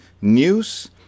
news